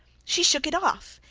she shook it off,